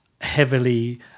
heavily